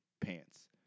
Pants